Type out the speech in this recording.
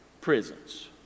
prisons